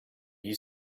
you